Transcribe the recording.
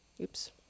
Oops